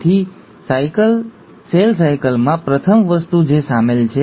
તેથી સેલ સાયકલમાં પ્રથમ વસ્તુ જે શામેલ છે